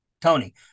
tony